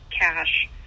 cash